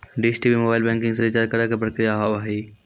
Dish TV mobile banking से recharge करे के प्रक्रिया का हाव हई?